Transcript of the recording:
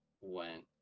went